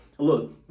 look